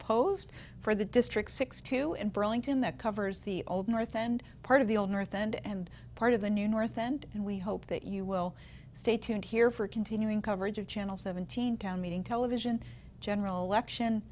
unopposed for the district six two and brunton that covers the old north and part of the old north end and part of the new north end and we hope that you will stay tuned here for continuing coverage of channel seventeen town meeting television general election